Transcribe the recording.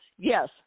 Yes